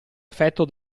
effetto